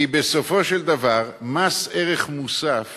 כי בסופו של דבר, מס ערך מוסף